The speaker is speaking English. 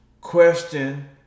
question